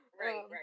right